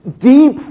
deep